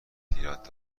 هیراد